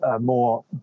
more